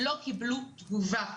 הן לא קיבלו תגובה.